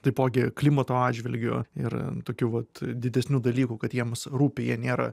taipogi klimato atžvilgiu ir tokių vat didesnių dalykų kad jiems rūpi jie nėra